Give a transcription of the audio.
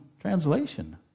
translation